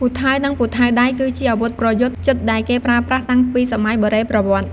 ពូថៅ និងពូថៅដៃ គឺជាអាវុធប្រយុទ្ធជិតដែលគេប្រើប្រាស់តាំងពីសម័យបុរេប្រវត្តិ។